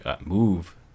move